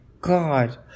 God